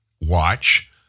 watch